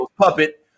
puppet